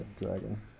dragon